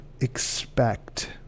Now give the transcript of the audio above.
expect